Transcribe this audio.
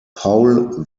paul